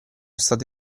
state